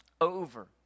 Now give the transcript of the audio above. Over